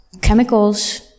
chemicals